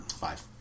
Five